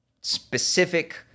specific